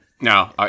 No